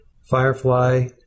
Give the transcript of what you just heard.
Firefly